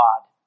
God